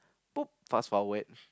poop fast forward